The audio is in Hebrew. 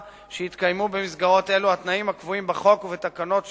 שהתקיימו במסגרות אלו התנאים הקבועים בחוק ובתקנות שיותקנו.